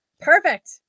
Perfect